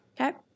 Okay